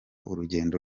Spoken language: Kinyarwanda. urugendo